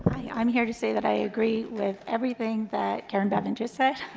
i'm here to say that i agree with everything that karen bevan just said.